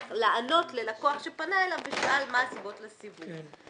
לענות ללקוח שפנה אליו ושאל מה הסיבות לסיווג.